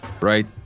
Right